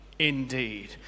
Indeed